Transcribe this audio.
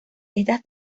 estas